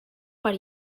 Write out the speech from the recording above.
per